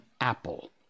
apple